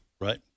Right